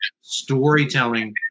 storytelling